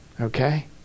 okay